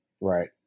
Right